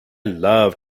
love